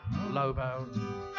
Lobo